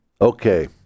Okay